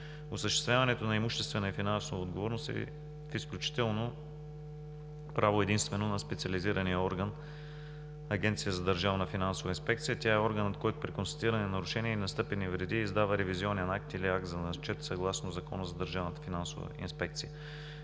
Осъществяването на имуществена и финансова отговорност е изключително право единствено на специализирания орган – Агенцията за държавна финансова инспекция. Тя е органът, който при констатирани нарушения и настъпили вреди издава ревизионен акт или акт за начет съгласно Закона за Държавната финансова инспекция.